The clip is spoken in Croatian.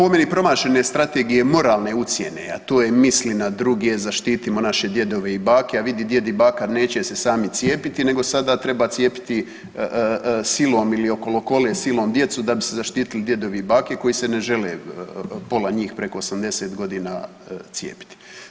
Od po meni promašene strategije moralne ucijene, a to je „Misli na druge“, „Zaštitimo naše djedove i bake“, a vidi djed i baka neće se sami cijepiti, nego sada treba cijepiti silom ili okolokole silom djecu da bi se zaštitili djedovi i bake koji se ne žele, pola njih preko 80.g. cijepiti.